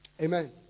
Amen